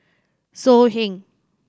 So Heng